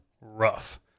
rough